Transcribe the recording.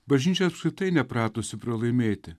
bažnyčia apskritai nepratusi pralaimėti